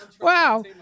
wow